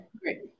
great